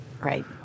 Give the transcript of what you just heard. Right